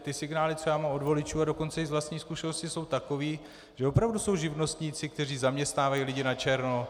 Ty signály, co já mám od voličů, a dokonce i z vlastní zkušenosti, jsou takové, že opravdu jsou živnostníci, kteří zaměstnávají lidi načerno.